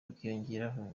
bikiyongeraho